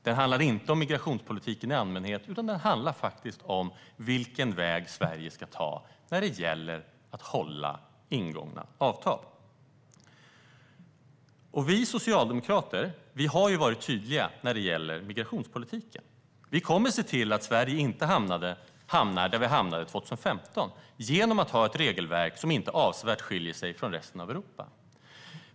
Den handlar inte om migrationspolitiken i allmänhet, utan den handlar om vilken väg Sverige ska ta när det gäller att hålla ingångna avtal. Vi socialdemokrater har varit tydliga när det gäller migrationspolitiken. Vi kommer att se till att Sverige inte hamnar där vi hamnade 2015 genom att ha ett regelverk som inte avsevärt skiljer sig från det i resten av Europa.